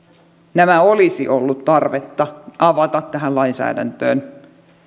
nämä olisi ollut tarvetta avata tähän lainsäädäntöön